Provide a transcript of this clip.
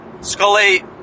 Scully